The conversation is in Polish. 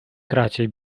kracie